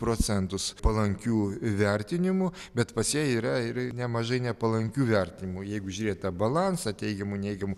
procentus palankių vertinimų bet pas ją yra ir nemažai nepalankių vertinimų jeigu žiūrėt tą balansą teigiamų neigiamų